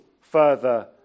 further